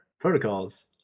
protocols